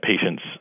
patients